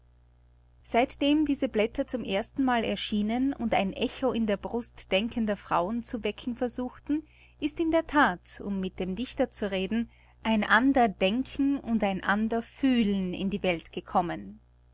seitdem diese blätter zum erstenmal erschienen und ein echo in der brust denkender frauen zu wecken versuchten ist in der that um mit dem dichter zu reden ein ander denken und ein ander fühlen in die welt gekommen